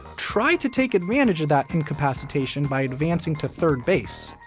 tried to take advantage of that incapacitation by advancing to third base.